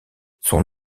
son